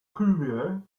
cuvier